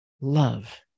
love